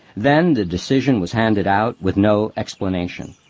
then the decision was handed out, with no explanation.